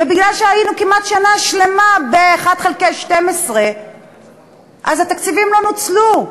ובגלל שהיינו כמעט שנה שלמה ב-1 חלקי 12 התקציבים לא נוצלו,